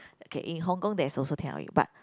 okay in Hong-Kong there is also Tian-Hao-Wei but